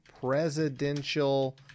presidential